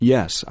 Yes